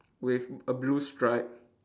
with a blue stripe